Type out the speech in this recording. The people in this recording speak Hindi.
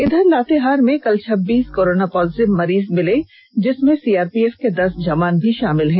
इधर लातेहार में कल छब्बीस कोरोना पॉजिटिव मरीज मिले हैं जिसमें सीआरपीएफ के दस जवान भी शामिल हैं